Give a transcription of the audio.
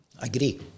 Agree